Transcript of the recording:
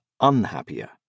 unhappier